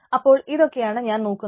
അപ്പോൾ ഇതൊക്കെയാണ് ഞാൻ നോക്കുന്നത്